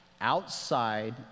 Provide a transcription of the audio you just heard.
outside